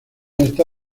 esta